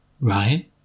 Right